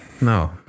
No